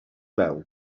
veu